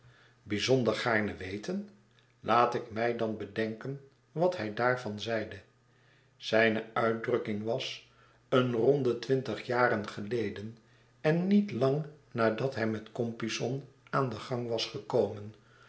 bijzonder gaarne weten laat ik mij danbedenken wat hij daarvan zeide zijne uitdrukking was een ronde twintig jaren geleden en niet lang nadat hij met compeyson aan den gang was gekomen